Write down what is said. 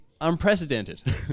unprecedented